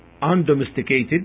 undomesticated